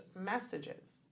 messages